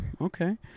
okay